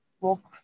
walk